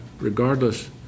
regardless